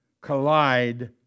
collide